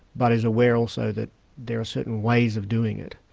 but is aware also that there are certain ways of doing it,